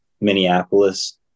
Minneapolis